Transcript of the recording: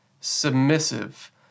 submissive